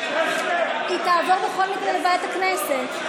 היא תעבור בכל מקרה לוועדת הכנסת.